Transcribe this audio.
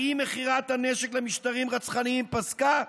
האם מכירת הנשק למשטרים רצחניים פסקה?